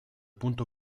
punto